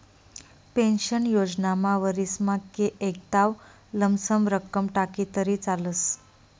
pension योजनामा वरीसमा एकदाव लमसम रक्कम टाकी तरी चालस